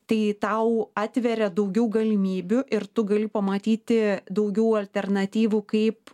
tai tau atveria daugiau galimybių ir tu gali pamatyti daugiau alternatyvų kaip